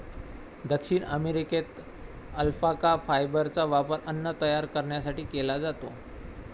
दक्षिण अमेरिकेत अल्पाका फायबरचा वापर अन्न तयार करण्यासाठी केला जातो